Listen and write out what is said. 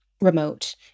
remote